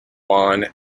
juan